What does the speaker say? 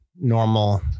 normal